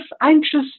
anxious